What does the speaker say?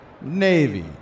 Navy